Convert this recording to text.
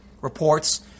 reports